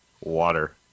Water